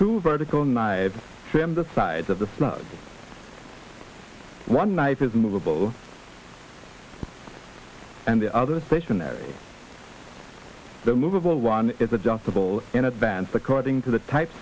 to vertical knives trim the sides of the slope one knife is movable and the other stationary the movable one is adjustable in advance according to the type